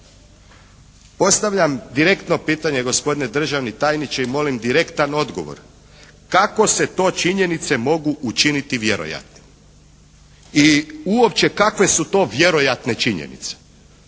Postavljam direktno pitanje gospodine državni tajniče i molim direktan odgovor kako se to činjenice mogu učiniti vjerojatnim. I uopće kakve su to vjerojatne činjenice?